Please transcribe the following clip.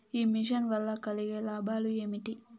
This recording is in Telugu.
ఈ మిషన్ వల్ల కలిగే లాభాలు ఏమిటి?